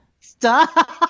Stop